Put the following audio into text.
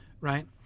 right